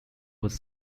was